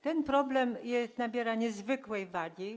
Ten problem nabiera niezwykłej wagi.